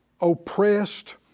oppressed